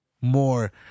More